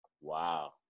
Wow